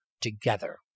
together